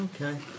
okay